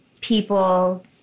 people